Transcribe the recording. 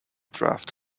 draft